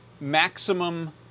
maximum